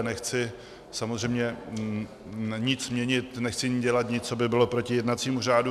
Nechci samozřejmě nic měnit, nechci dělat nic, co by bylo proti jednacímu řádu.